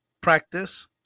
practice